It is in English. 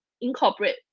incorporate